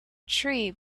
tree